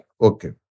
okay